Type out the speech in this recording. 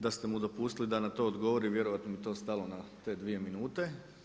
Da ste mu dopustili da an to odgovori vjerojatno bi to stalo na te 2 minute.